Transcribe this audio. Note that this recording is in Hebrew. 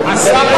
1,